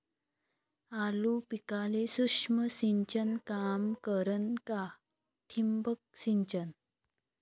आलू पिकाले सूक्ष्म सिंचन काम करन का ठिबक सिंचन?